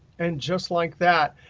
and just like that,